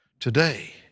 Today